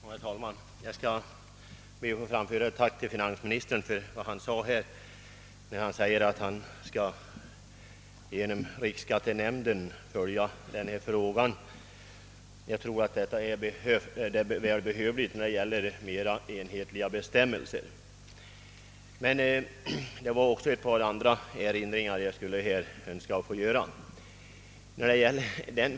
Herr talman! Jag ber att få framföra ett tack till finansministern för hans löfte att genom riksskattenämnden följa denna fråga. Jag tror att detta är nödvändigt, om man skall få fram mera enhetliga bestämmelser. Jag hade emellertid också tänkt ta upp ett par andra saker.